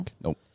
nope